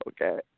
okay